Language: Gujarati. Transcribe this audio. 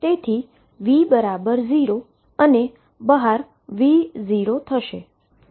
તેથી V0 અને બહાર V0થશે